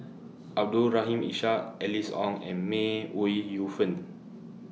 Abdul Rahim Ishak Alice Ong and May Ooi Yu Fen